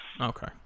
Okay